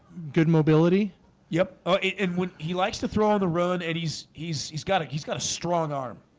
good mobility yep, oh it it would he likes to throw on the run and he's he's he's got it. he's got a strong arm